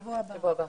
בשבוע הבא.